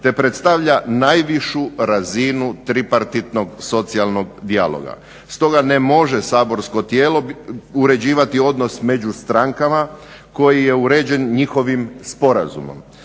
te predstavlja najvišu razinu tripartitnog socijalnog dijaloga. Stoga ne može saborsko tijelo uređivati odnos među strankama koji je uređen njihovim sporazumom.